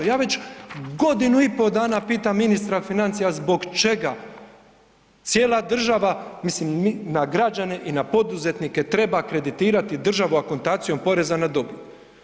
Ja već godinu i po dana pitam ministra financija zbog čega, cijela država, mislim na građane i poduzetnike, treba kreditirati državu akontacijom poreza na dobit.